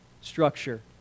structure